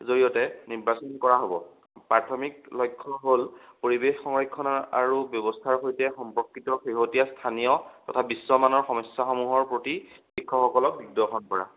জৰিয়তে নিৰ্বাচন কৰা হ'ব প্ৰাথমিক লক্ষ্য হ'ল পৰিৱেশ সংৰক্ষণৰ আৰু ব্যৱস্থাৰ সৈতে সম্পৰ্কৃত শেহতীয়া স্থানীয় তথা বিশ্বমানৰ সমস্যাসমূহৰ প্ৰতি শিক্ষকসকলক দিগদৰ্শন কৰা